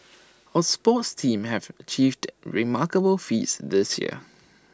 our sports teams have achieved remarkable feats this year